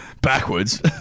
Backwards